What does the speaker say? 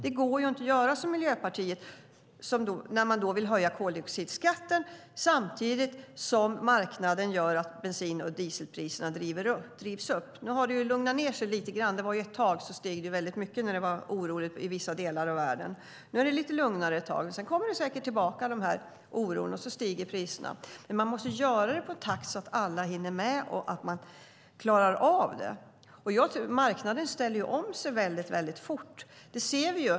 Det går inte att göra som Miljöpartiet, när man vill höja koldioxidskatten samtidigt som marknaden gör att bensin och dieselpriserna drivs upp. Nu har det lugnat ned sig lite grann. Ett tag steg priserna väldigt mycket, när det var oroligt i vissa delar av världen. Nu är det lite lugnare ett tag. Sedan kommer säkert oron tillbaka, och så stiger priserna. Man måste göra det i en takt så att alla hinner med och så att man klarar av det. Marknaden ställer om sig fort - det ser vi.